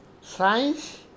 Science